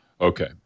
Okay